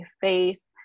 face